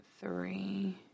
three